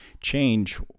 Change